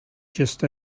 just